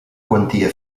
quantia